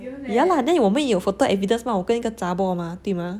yeah lah then 我们也有 photo evidence mah 我跟一个 zha bor mah 对吗